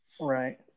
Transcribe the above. Right